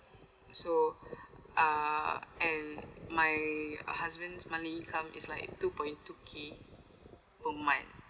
so uh and my husband's monthly income is like two point two K per month